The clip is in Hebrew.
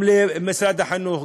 וגם למשרד החינוך,